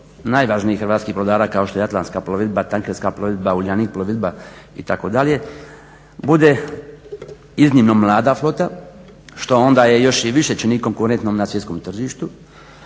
najvažnijih hrvatskih brodara kao što je atlantska plovidba, tankerska plovidba, Uljanik plovidba itd. bude iznimno mlada flota što onda je još i čini konkurentnijom na svjetskom tržištu